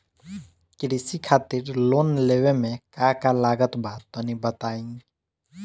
कृषि खातिर लोन लेवे मे का का लागत बा तनि बताईं?